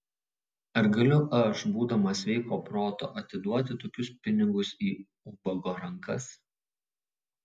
ar galiu aš būdamas sveiko proto atiduoti tokius pinigus į ubago rankas